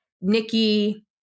Nikki